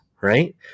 right